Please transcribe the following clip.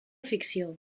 ficció